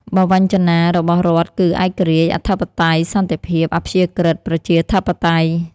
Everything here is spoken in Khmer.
បាវចនារបស់រដ្ឋគឺ ឯករាជ្យ អធិបតេយ្យ សន្តិភាព អព្យាក្រឹត ប្រជាធិបតេយ្យ។